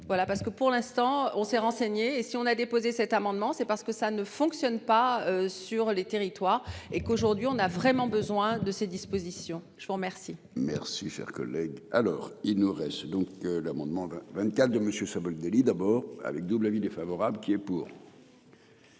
voilà parce que pour l'instant on s'est renseigné et si on a déposé cet amendement, c'est parce que ça ne fonctionne pas sur les territoires et qu'aujourd'hui on a vraiment besoin de ces dispositions. Je vous remercie. Merci cher collègue. Alors il ne reste donc l'amendement 24 de monsieur Savoldelli d'abord avec double avis défavorable qui est pour.